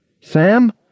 Sam